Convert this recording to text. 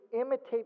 imitate